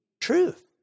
truth